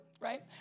right